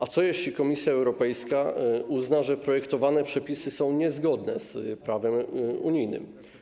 A co jeśli Komisja Europejska uzna, że projektowane przepisy są niezgodne z prawem unijnym?